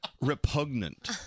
Repugnant